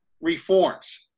reforms